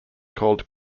called